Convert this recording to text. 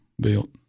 built